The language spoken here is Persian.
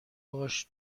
باش